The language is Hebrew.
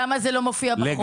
למה זה לא מופיע בחוק?